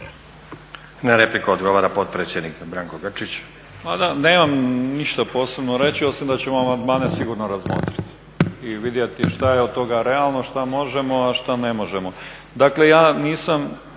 Na repliku odgovara potpredsjednik Branko Grčić.